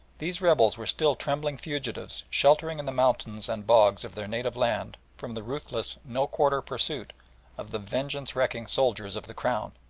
these rebels were still trembling fugitives sheltering in the mountains and bogs of their native land from the ruthless no-quarter pursuit of the vengeance-wrecking soldiers of the crown.